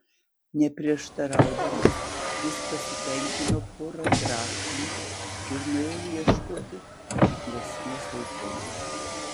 neprieštaraudamas jis pasitenkino pora drachmų ir nuėjo ieškoti patiklesnės aukos